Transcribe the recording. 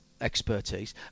expertise